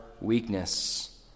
weakness